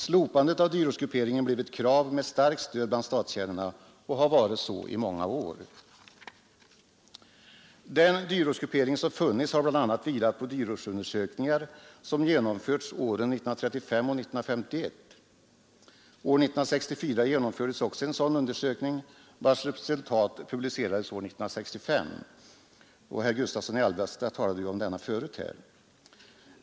Slopandet av dyrortsgrupperingen har blivit ett krav med starkt stöd bland statstjänarna och har varit så i många år. Den dyrortsgruppering som funnits har bl.a. vilat på dyrortsundersökningar som genomförts åren 1935 och 1951. År 1964 genomfördes också en sådan undersökning, vars resultat publicerades år 1965. Herr Gustavsson i Alvesta talade tidigare om den.